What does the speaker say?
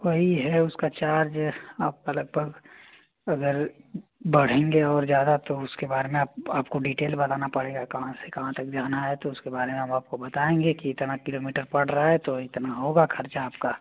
वही है उसका चार्ज आपका लगभग अगर बढ़ेंगे और ज़्यादा तो उसके बारे में आप आपको डीटेल बताना पड़ेगा कहाँ से कहाँ तक जाना है तो उसके बारे में हम आपको बताएँगे कि इतना किलोमीटर पड़ रहा है तो इतना होगा खर्चा आपका